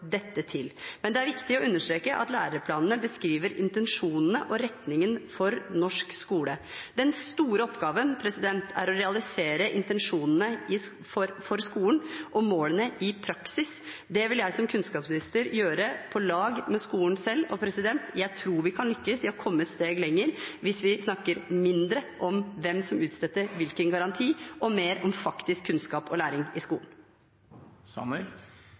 dette til. Men det er viktig å understreke at læreplanene beskriver intensjonene og retningen for norsk skole. Den store oppgaven er å realisere intensjonene og målene for skolen i praksis. Det vil jeg som kunnskapsminister gjøre på lag med skolen selv. Jeg tror vi kan lykkes i å komme et steg lenger hvis vi snakker mindre om hvem som utstedte hvilken garanti, og mer om faktisk kunnskap og læring i skolen.